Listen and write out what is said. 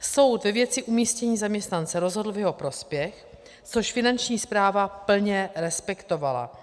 Soud ve věci umístění zaměstnance rozhodl v jeho prospěch, což Finanční správa plně respektovala.